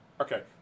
Okay